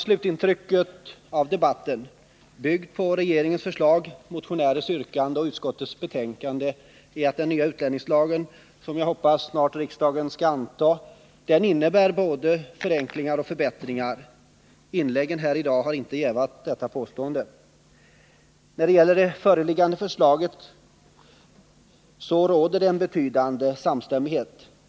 Slutintrycket av debatten — byggt på regeringens förslag, motionärers yrkanden och utskottets betänkande — är att den nya utlänningslag som jag hoppas att riksdagen snart skall anta innebär både förenklingar och förbättringar. Inläggen här i dag har inte jävat detta påstående. När det gäller det föreliggande lagförslaget råder det en betydande samstämmighet.